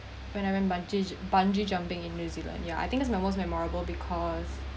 when I went bungee bungee jumping in new zealand ya I think that's my most memorable because